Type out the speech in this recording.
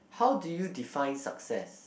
how do you define success